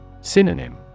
Synonym